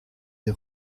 des